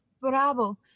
Bravo